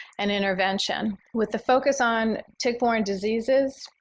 and intervention. with the focus on tick-borne diseases,